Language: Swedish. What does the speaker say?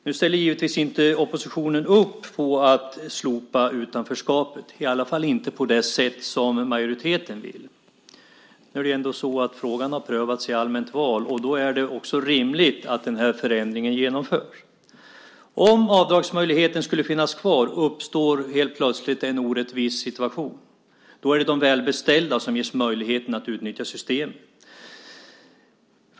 Nu ställer givetvis inte oppositionen upp på att slopa utanförskapet, i alla fall inte på det sätt som majoriteten vill. Frågan har prövats i allmänt val. Då är det också rimligt att den här förändringen genomförs. Om avdragsmöjligheten skulle finnas kvar uppstår helt plötsligt en orättvis situation. Då är det de välbeställda som ges möjlighet att utnyttja systemet.